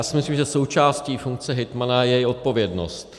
Myslím si, že součástí funkce hejtmana je i odpovědnost.